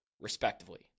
respectively